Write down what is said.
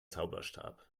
zauberstab